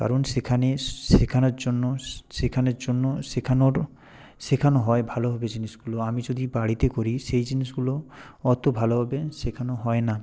কারণ সেখানে শেখানোর জন্য শেখানের জন্য শেখানোর শেখানো হয় ভালোভাবে জিনিসগুলো আমি যদি বাড়িতে করি সেই জিনিসগুলো অতো ভালোভাবে শেখানো হয় না